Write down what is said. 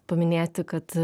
paminėti kad